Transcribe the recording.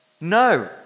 No